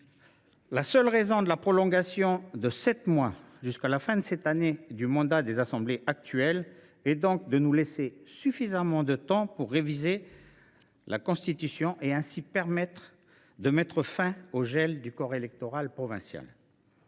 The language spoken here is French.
en faire partie. La prolongation de sept mois, soit jusqu’à la fin de cette année, du mandat des assemblées actuelles vise donc à nous laisser suffisamment de temps pour réviser la Constitution et mettre fin au gel du corps électoral provincial.